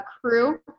crew